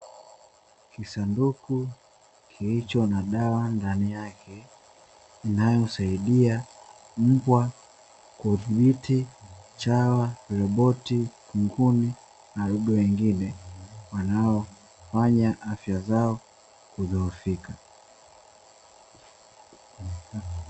Kisanduku kilicho na dawa ndani yake, inayosaidia mbwa kudhibiti chawa, viroboto, kunguni na wadudu wengine wanaofanya afya zao kudhoofika.